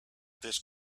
this